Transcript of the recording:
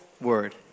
word